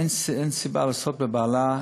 אין סיבה לעשות בהלה,